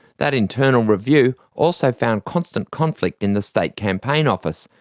that internal review also found constant conflict in the state campaign office,